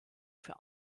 für